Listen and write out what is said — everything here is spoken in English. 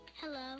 Hello